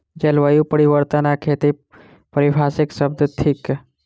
जलवायु परिवर्तन आ खेती पारिभाषिक शब्द थिक